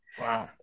Wow